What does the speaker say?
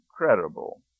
incredible